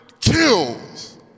kills